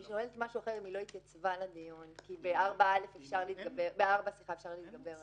אני שואלת אם היא לא התייצבה לדיון כי ב-4 אפשר להתגבר על זה.